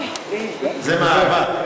זה מאהבה.